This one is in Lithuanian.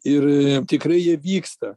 ir tikrai jie vyksta